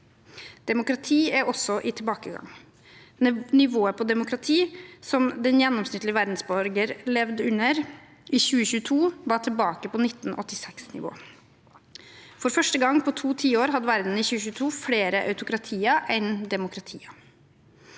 Demokrati er også i tilbakegang. Nivået på demokrati som den gjennomsnittlige verdensborger levde under i 2022, var tilbake på 1986-nivå. For første gang på to tiår hadde verden i 2022 flere autokratier enn demokratier.